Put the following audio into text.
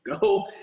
Go